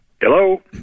Hello